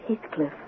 Heathcliff